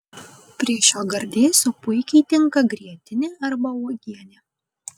prie šio gardėsio puikiai tinka grietinė arba uogienė